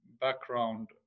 background